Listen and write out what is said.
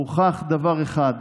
הוכח דבר אחד,